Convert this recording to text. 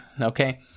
Okay